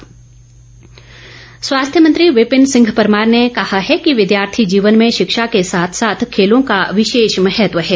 विपिन परमार स्वास्थ्य मंत्री विपिन सिंह परमार ने कहा कि विद्यार्थी जीवन में शिक्षा के साथ साथ खेलों का विशेष महत्व है